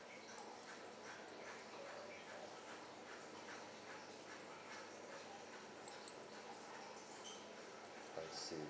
I see